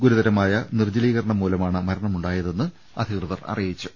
ഗുരു തരമായ നിർജ്ജലീകരണം മൂലമാണ് മരണമുണ്ടായ തെന്ന് അധികൃതർ അറിയിച്ചു